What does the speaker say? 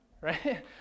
Right